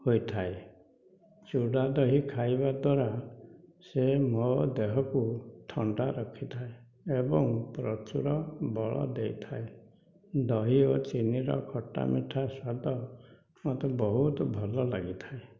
ହୋଇଥାଏ ଚୁଡ଼ା ଦହି ଖାଇବା ଦ୍ଵାରା ସେ ମୋ ଦେହକୁ ଥଣ୍ଡା ରଖିଥାଏ ଏବଂ ପ୍ରଚୁର ବଳ ଦେଇଥାଏ ଦହି ଓ ଚିନିର ଖଟା ମିଠା ସ୍ଵାଦ ମୋତେ ବହୁତ ଭଲ ଲାଗିଥାଏ